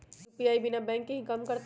UPI बिना bank के भी कम करतै?